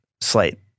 slate